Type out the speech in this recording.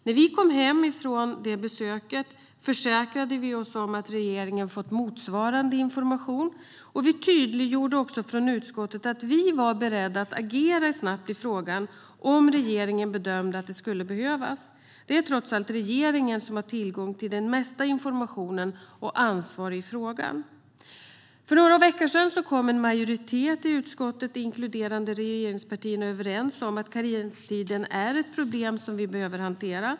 När vi kom hem från detta besök försäkrade vi oss om att regeringen fått motsvarande information. Vi tydliggjorde också från utskottet att vi var beredda att agera snabbt i frågan om regeringen bedömde att det skulle behövas. Det är trots allt regeringen som har tillgång till den mesta informationen och som har ansvar för frågan. För några veckor sedan kom en majoritet i utskottet, inkluderande regeringspartierna, överens om att karenstiden är ett problem som vi behöver hantera.